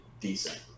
decent